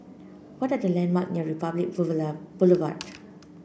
what are the landmark near Republic Boulevard